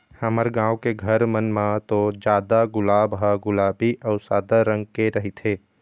हमर गाँव के घर मन म तो जादा गुलाब ह गुलाबी अउ सादा रंग के रहिथे